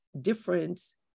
difference